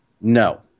No